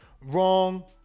wrong